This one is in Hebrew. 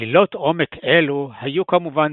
צלילות עומק אלו היו, כמובן,